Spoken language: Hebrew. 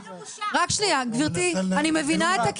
הגב' סיגל מורן היא הראשונה שהסתכלה לנו בעיניים,